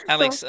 Alex